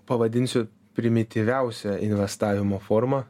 pavadinsiu primityviausia investavimo forma